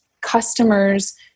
customers